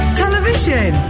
television